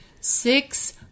six